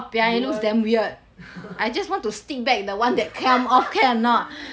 you worry